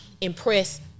impress